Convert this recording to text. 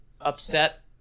upset